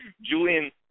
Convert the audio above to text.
Julian